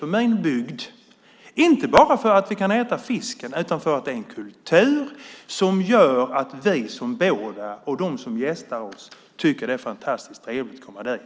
Det är viktigt inte bara för att vi kan äta fisken, utan för att det är en kultur som gör att vi som bor där trivs och de som gästar oss tycker att det är fantastiskt trevligt att komma dit.